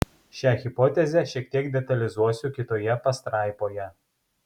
šią hipotezę šiek tiek detalizuosiu kitoje pastraipoje